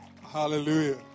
Hallelujah